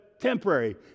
temporary